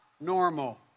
normal